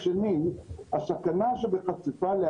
יש להם יתרונות ברורים מבחינת בידוד